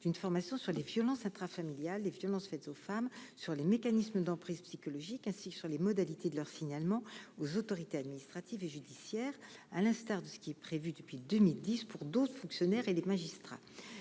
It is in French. d'une formation sur les violences intrafamiliales les violences faites aux femmes sur les mécanismes d'emprise psychologique ainsi que sur les modalités de leur signalement aux autorités administratives et judiciaires, à l'instar de ce qui est prévu depuis 2010 pour d'autres fonctionnaires et des magistrats,